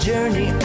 journey